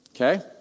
Okay